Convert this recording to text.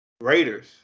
Raiders